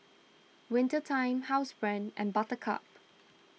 Winter Time Housebrand and Buttercup